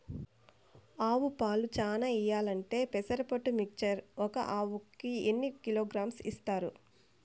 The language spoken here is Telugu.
ఆవులు పాలు చానా ఇయ్యాలంటే పెసర పొట్టు మిక్చర్ ఒక ఆవుకు ఎన్ని కిలోగ్రామ్స్ ఇస్తారు?